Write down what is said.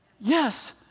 Yes